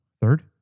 Third